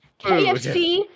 KFC